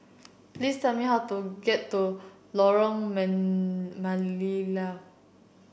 please tell me how to get to Lorong Melayu